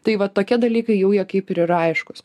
tai vat tokie dalykai jau jie kaip yra aiškūs